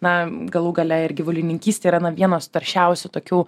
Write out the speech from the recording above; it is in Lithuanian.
na galų gale ir gyvulininkystė yra na vienas taršiausių tokių